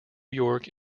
york